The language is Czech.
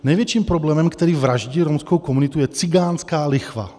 Největším problémem, který vraždí romskou komunitu, je cikánská lichva.